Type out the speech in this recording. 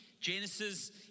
Genesis